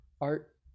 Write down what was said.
art